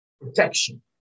protection